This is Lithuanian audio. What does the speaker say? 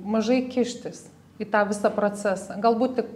mažai kištis į tą visą procesą galbūt tik